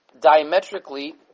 diametrically